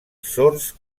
sords